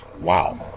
Wow